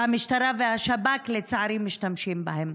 והמשטרה והשב"כ, לצערי, משתמשים בהם.